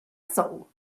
soul